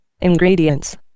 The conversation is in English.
Ingredients